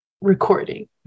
recording